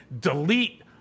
delete